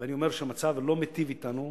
ואני אומר שהמצב לא מיטיב אתנו,